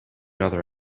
other